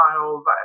miles